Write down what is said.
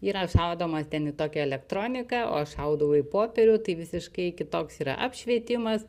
yra šaudoma ten į tokią elektroniką o aš šaudau į popierių tai visiškai kitoks yra apšvietimas